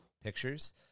pictures